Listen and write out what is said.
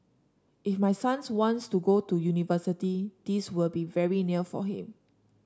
if my sons wants to go to university this will be very near for him